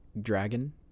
dragon